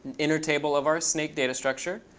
inner table of our snake data structure.